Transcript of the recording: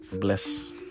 Bless